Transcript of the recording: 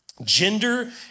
gender